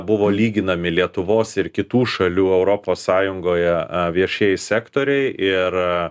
buvo lyginami lietuvos ir kitų šalių europos sąjungoje a viešieji sektoriai ir